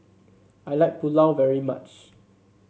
I like Pulao very much